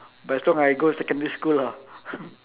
but as long I go secondary school ah